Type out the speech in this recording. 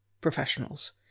professionals